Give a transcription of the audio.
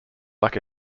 like